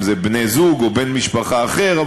אם בידי בני-זוג או בן משפחה אחר.